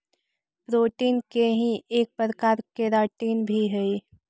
protein के ही एक प्रकार केराटिन भी हई